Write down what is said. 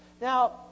Now